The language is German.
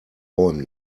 bäumen